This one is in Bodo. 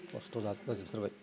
खस्थ' जाजोबथारबाय